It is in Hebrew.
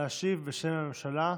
להשיב בשם הממשלה.